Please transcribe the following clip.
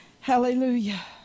hallelujah